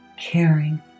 caring